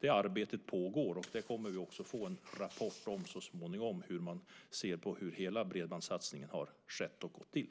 Det arbetet pågår, och vi kommer att få en rapport så småningom om hur man ser på hur hela bredbandssatsningen har skett och gått till.